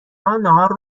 ها، نهار